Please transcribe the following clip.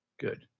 Good